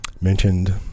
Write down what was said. mentioned